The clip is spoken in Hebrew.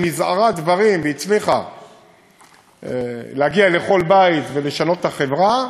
שמזערה דברים והצליחה להגיע לכל בית ולשנות את החברה,